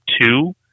two